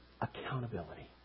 accountability